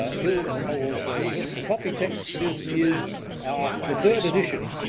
hill and powell say the copy text for this is ah the third edition,